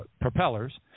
propellers